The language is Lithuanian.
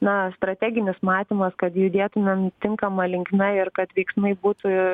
na strateginis matymas kad judėtumėm tinkama linkme ir kad veiksmai būtų